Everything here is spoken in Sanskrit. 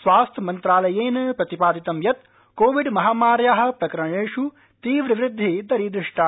स्वास्थ्य मन्त्रालयेन प्रतिपादितं यत् कोविड महामार्याः प्रकरणेष् तीव्र वृद्धिः दरीहष्टा